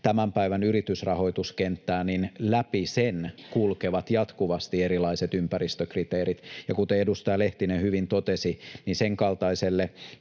tämän päivän yritysrahoituskenttää, niin läpi sen kulkevat jatkuvasti erilaiset ympäristökriteerit, ja kuten edustaja Lehtinen hyvin totesi, niin sen kaltaiselle